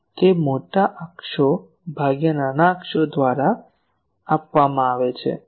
તે મોટા અક્ષો ભાગ્યા નાના અક્ષો દ્વારા આપવામાં આવે છે